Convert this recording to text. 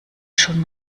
schon